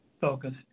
focused